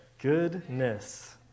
Goodness